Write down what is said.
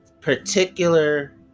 particular